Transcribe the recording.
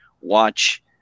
watch